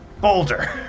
Boulder